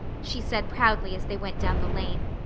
she said proudly as they went down the lane.